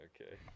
Okay